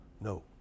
no